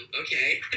okay